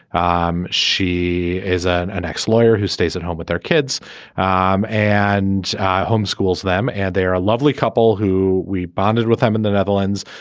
um she is an ex lawyer who stays at home with their kids um and homeschooled them and they are a lovely couple who we bonded with him in the netherlands.